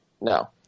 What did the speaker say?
No